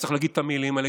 צריך להגיד את המילים האלה,